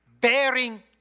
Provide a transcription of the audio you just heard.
Bearing